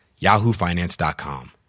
yahoofinance.com